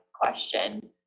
question